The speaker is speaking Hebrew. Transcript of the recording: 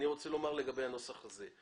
רוצה לומר לגבי הנוסח הזה.